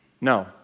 No